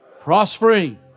prospering